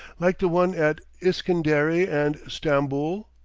like the one at iskenderi and stamboul?